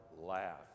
laugh